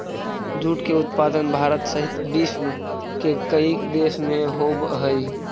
jute के उत्पादन भारत सहित विश्व के कईक देश में होवऽ हइ